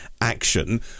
action